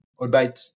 albeit